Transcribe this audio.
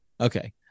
Okay